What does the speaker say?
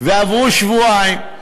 ועברו שבועיים,